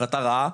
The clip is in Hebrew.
החלטה רעה.